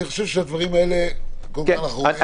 אני חושב שאת הדברים האלה אנחנו רואים.